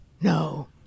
No